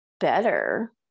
better